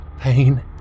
pain